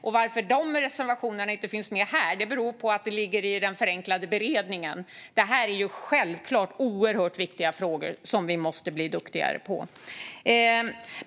Att de reservationerna inte finns med här beror på att det ligger i den förenklade beredningen. Det här är självklart oerhört viktiga frågor som vi måste bli duktigare på.